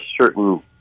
certain